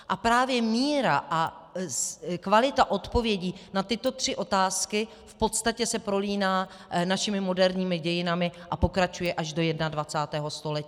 A právě míra a kvalita odpovědí na tyto tři otázky v podstatě se prolíná našimi moderními dějinami a pokračuje až do 21. století.